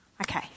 Okay